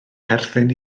perthyn